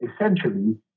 essentially